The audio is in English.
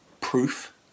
proof